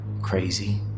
crazy